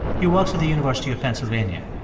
he works at the university of pennsylvania.